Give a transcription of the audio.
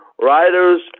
riders